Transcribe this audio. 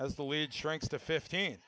as the lead shrinks to fifteen